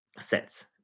sets